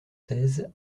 seize